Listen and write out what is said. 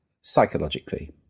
psychologically